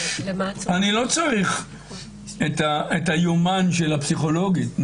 נדמה לי שאני לא צריך את היומן של הפסיכולוגית.